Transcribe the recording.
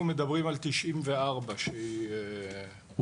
אנחנו מדברים על 94' כשהיא הופרטה,